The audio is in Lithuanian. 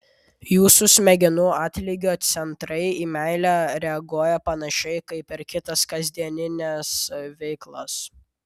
jūsų smegenų atlygio centrai į meilę reaguoja panašiai kaip ir kitas kasdienines veiklas